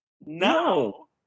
No